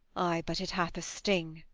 aye, but it hath a sting,